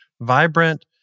vibrant